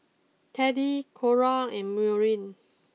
Teddie Cora and Maureen